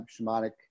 shamanic